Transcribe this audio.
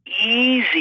easy